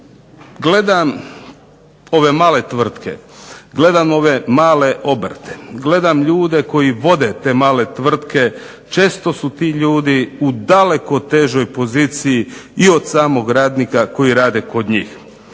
Gledam ove male tvrtke, gledamo ove male obrte, gledamo ljude koji vode te male tvrtke često su ti ljudi u daleko težoj poziciji i od samog radnika koji rade kod njih.